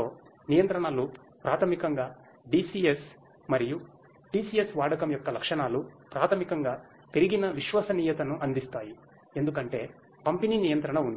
loop ప్రాథమికంగా DCS మరియు DCS వాడకం యొక్క లక్షణాలు ప్రాథమికంగా పెరిగిన విశ్వసనీయతను అందిస్తాయి ఎందుకంటే పంపిణీ నియంత్రణ ఉంది